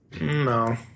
No